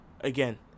Again